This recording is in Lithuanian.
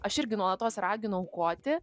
aš irgi nuolatos raginu aukoti